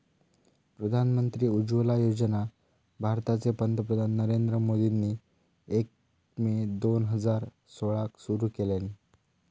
प्रधानमंत्री उज्ज्वला योजना भारताचे पंतप्रधान नरेंद्र मोदींनी एक मे दोन हजार सोळाक सुरू केल्यानी